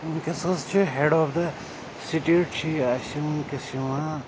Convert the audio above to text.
وٕنۍکیس حظ چھِ head of the state چھِ یہِ اَسہِ وٕنۍکیس یِوان